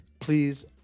Please